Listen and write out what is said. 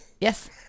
Yes